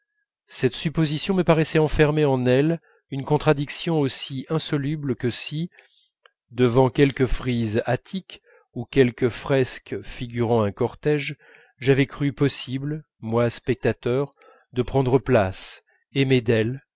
cette supposition me paraissait enfermer en elle une contradiction aussi insoluble que si devant quelque frise attique ou quelque fresque figurant un cortège j'avais cru possible moi spectateur de prendre place aimé d'elles